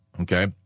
okay